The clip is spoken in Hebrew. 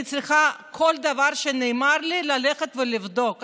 כל דבר שנאמר לי, אני צריכה ללכת ולבדוק.